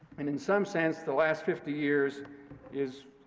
and in some sense, the last fifty years is,